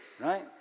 right